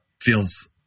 feels